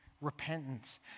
Repentance